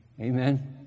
Amen